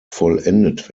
vollendet